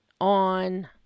on